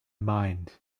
mind